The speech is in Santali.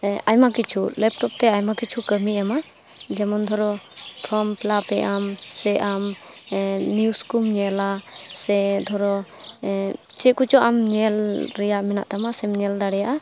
ᱟᱭᱢᱟ ᱠᱤᱪᱷᱩ ᱞᱮᱯᱴᱚᱯᱛᱮ ᱟᱭᱢᱟ ᱠᱤᱪᱷᱩ ᱠᱟᱹᱢᱤᱭ ᱮᱢᱟ ᱡᱮᱢᱚᱱ ᱫᱷᱚᱨᱚ ᱯᱷᱨᱚᱢ ᱯᱷᱤᱞᱟᱯᱷ ᱮᱫᱟᱢ ᱥᱮ ᱟᱢ ᱱᱤᱣᱩᱡᱽᱠᱚᱢ ᱧᱮᱞᱟ ᱥᱮ ᱫᱷᱚᱨᱚ ᱪᱮᱫ ᱠᱚᱪᱚ ᱟᱢ ᱧᱮᱞ ᱨᱮᱭᱟᱜ ᱢᱮᱱᱟᱜ ᱛᱟᱢᱟ ᱥᱮᱢ ᱧᱮᱞ ᱫᱟᱲᱮᱭᱟᱜᱼᱟ